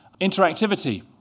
Interactivity